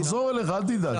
נחזור אליך, אל תדאג.